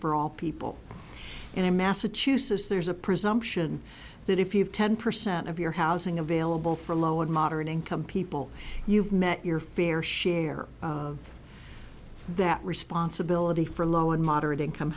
for all people in massachusetts there's a presumption that if you have ten percent of your housing available for low and moderate income people you've met your fair share of that responsibility for low and moderate income